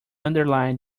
underline